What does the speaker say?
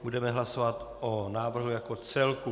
Budeme hlasovat o návrhu jako celku.